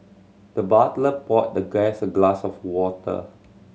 the butler poured the guest a glass of water